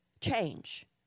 change